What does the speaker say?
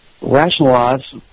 rationalize